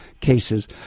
cases